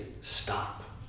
stop